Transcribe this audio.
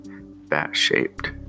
bat-shaped